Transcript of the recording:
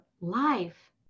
life